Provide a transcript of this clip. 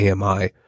AMI